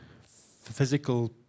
physical